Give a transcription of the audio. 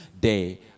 day